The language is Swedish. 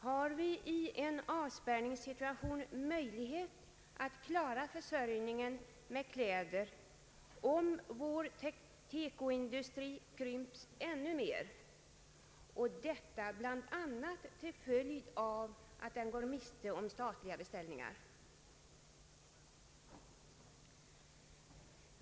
Har vi i en avspärrningssituation möjlighet att klara försörjningen med kläder, om vår TEKO-industri krympes ännu mer — bl.a. till följd av att den går miste om statliga beställningar?